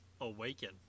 awaken